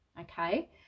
okay